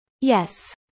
Yes